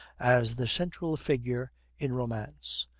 as the central figure in romance.